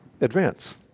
Advance